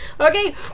Okay